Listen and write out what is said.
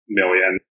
million